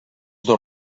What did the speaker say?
dos